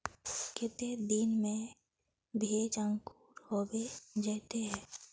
केते दिन में भेज अंकूर होबे जयते है?